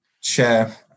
share